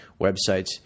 Websites